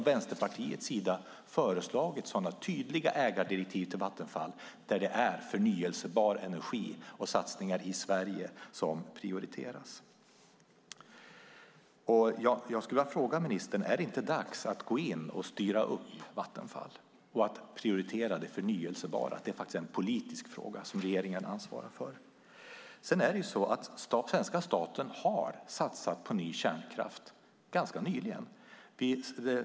Vänsterpartiet har föreslagit sådana tydliga ägardirektiv till Vattenfall, där det är förnybar energi och satsningar i Sverige som prioriteras. Jag skulle vilja fråga ministern: Är det inte dags att gå in och styra upp Vattenfall och prioritera det förnybara? Det är faktiskt en politisk fråga som regeringen ansvarar för. Sedan är det så att svenska staten har satsat på ny kärnkraft ganska nyligen.